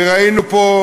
וראינו פה,